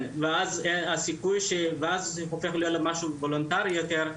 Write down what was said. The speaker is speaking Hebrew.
כן ואז הסיכוי שזה יהפוך להיות למשהו וולונטרי יותר,